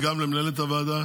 למנהלת הוועדה